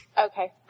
Okay